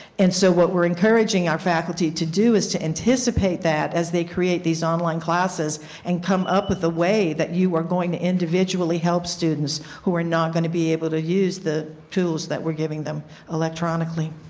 and so what we are encouraging our faculty to do is to anticipate that as they create these online classes and come up with the way that you are going to individually help students who are not going to be able to use it tools that we are giving them electronically.